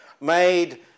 made